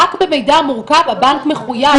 רק במקרה מורכב הבנק מחוייב.